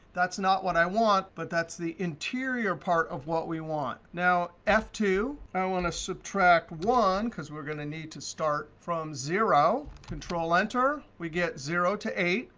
that's not what i want but that's the interior part of what we want. now f two, i want to subtract one because we're going to need to start from zero, control enter, we get zero to eight,